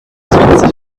zwanzig